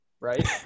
right